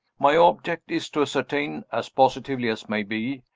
my object is to ascertain, as positively as may be,